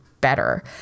better